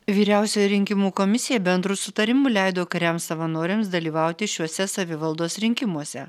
vyriausioji rinkimų komisija bendru sutarimu leido kariams savanoriams dalyvauti šiuose savivaldos rinkimuose